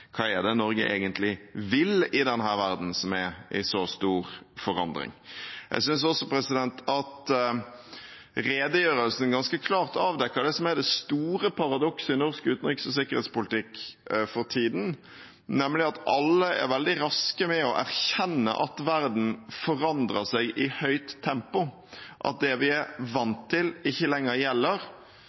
Hva er det Norge egentlig vil i denne verdenen som er i så stor forandring? Jeg synes også at redegjørelsen ganske klart avdekker det som er det store paradokset i norsk utenriks- og sikkerhetspolitikk for tiden, nemlig at alle er veldig raske med å erkjenne at verden forandrer seg i høyt tempo, at det vi er vant til, ikke lenger gjelder,